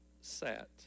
sat